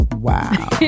Wow